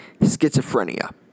schizophrenia